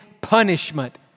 punishment